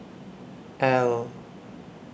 Elle